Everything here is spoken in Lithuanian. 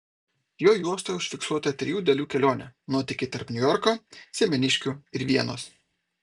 jo juostoje užfiksuota trijų dalių kelionė nuotykiai tarp niujorko semeniškių ir vienos